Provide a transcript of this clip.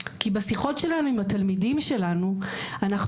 כי בשיחות שלנו עם התלמידים שלנו אנחנו